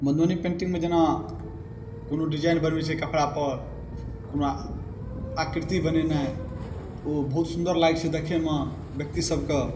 मधुबनी पेन्टिङ्गमे जेना कोनो डिजाइन बनबै छै कपड़ापर कोनो आकृति बनेनाइ ओ बहुत सुन्दर लागै छै देखेमे व्यक्ति सबके